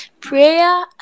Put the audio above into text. prayer